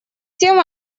тем